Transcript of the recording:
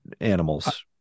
animals